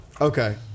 Okay